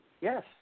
Yes